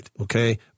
Okay